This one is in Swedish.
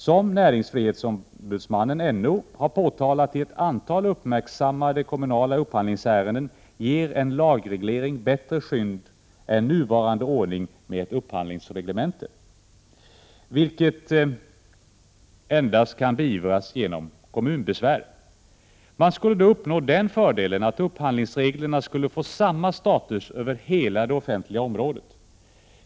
Som näringsfrihetsombudsmannen, NO, har påtalat i ett antal uppmärksammade kommunala upphandlingsärenden ger en lagreglering bättre skydd än nuvarande ordning med ett upphandlingsreglemente. I det senare fallet kan överträdelse beivras endast med kommunbesvär. Man skulle då uppnå den fördelen att upphandlingsreglerna skulle få samma status över hela det offentliga området.